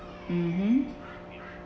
mmhmm